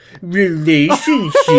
relationship